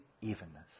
evenness